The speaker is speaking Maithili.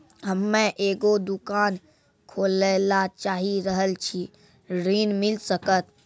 हम्मे एगो दुकान खोले ला चाही रहल छी ऋण मिल सकत?